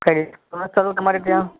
credit card પણ હશે ને તમારે ત્યાં